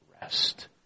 rest